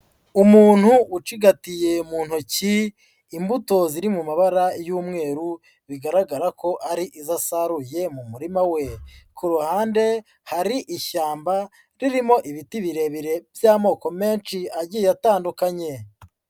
Umuntu ucigatiye mu ntoki imbuto ziri mu mabara y'umweru bigaragara ko ari izo asaruye mu murima we, ku ruhande hari ishyamba ririmo ibiti birebire by'amoko menshi agiye atandukanye.